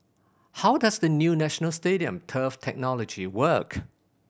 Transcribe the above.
how does the new National Stadium turf technology work